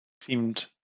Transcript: Seemed